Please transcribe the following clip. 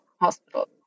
Hospital